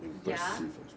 ya